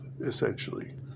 essentially